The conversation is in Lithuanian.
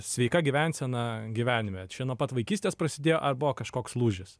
sveika gyvensena gyvenime čia nuo pat vaikystės prasidėjo ar buvo kažkoks lūžis